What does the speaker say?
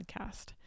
podcast